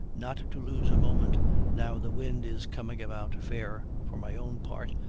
not to lose a moment now the wind is coming about fair for my own part,